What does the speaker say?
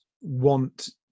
want